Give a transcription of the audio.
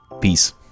Peace